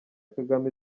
kagame